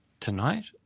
tonight